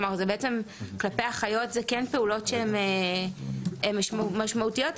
כלומר, כלפי אחיות, אלה הן פעולות באמת משמעותיות.